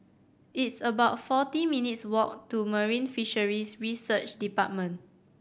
it's about forty minutes' walk to Marine Fisheries Research Department